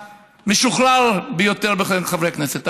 המשוחרר ביותר בקרב חברי הכנסת.